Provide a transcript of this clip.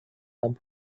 come